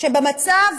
שבמצב